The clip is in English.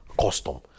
custom